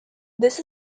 this